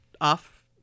off